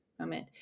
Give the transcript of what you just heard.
Moment